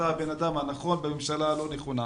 אתה הבן אדם הנכון בממשלה הלא נכונה.